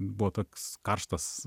buvo toks karštas